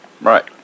Right